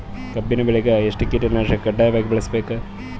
ಕಬ್ಬಿನ್ ಬೆಳಿಗ ಎಷ್ಟ ಕೀಟನಾಶಕ ಕಡ್ಡಾಯವಾಗಿ ಬಳಸಬೇಕು?